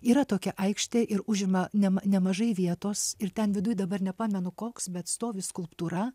yra tokia aikštė ir užima nem nemažai vietos ir ten viduj dabar nepamenu koks bet stovi skulptūra